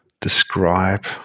describe